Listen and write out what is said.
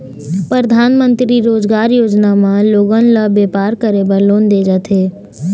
परधानमंतरी रोजगार योजना म लोगन ल बेपार करे बर लोन दे जाथे